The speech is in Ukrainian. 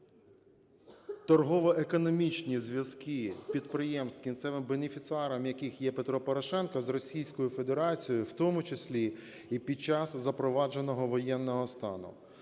торгово-економічні зв'язки підприємств, кінцевим бенефіціаром яких є Петро Порошенко, з Російською Федерацією, в тому числі і під час запровадженого воєнного стану.